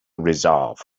resolve